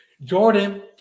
Jordan